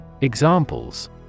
Examples